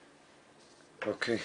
אוקיי,